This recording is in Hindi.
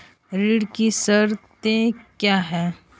ऋण की शर्तें क्या हैं?